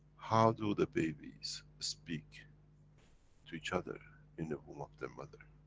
how do the babies speak to each other in the womb of their mother?